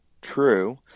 true